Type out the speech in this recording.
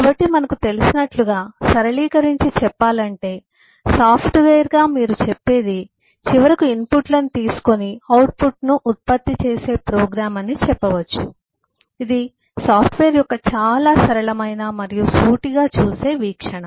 కాబట్టి మనకు తెలిసినట్టుగా సరళీకరించి చెప్పాలంటే సాఫ్ట్వేర్గా మీరు చెప్పేది చివరకు ఇన్పుట్లను తీసుకొని అవుట్పుట్ను ఉత్పత్తి చేసే ప్రోగ్రామ్ అని చెప్పవచ్చు ఇది సాఫ్ట్వేర్ యొక్క చాలా సరళమైన మరియు సూటిగా చూసే వీక్షణ